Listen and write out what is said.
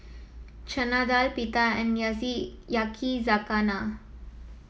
Chana Dal Pita and Yakizakana